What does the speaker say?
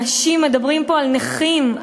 אנשים מדברים פה על נכים,